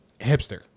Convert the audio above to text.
hipster